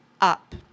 up